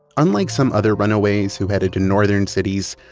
unlike some other runaways who headed to northern cities,